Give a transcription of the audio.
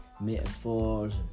metaphors